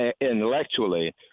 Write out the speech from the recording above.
Intellectually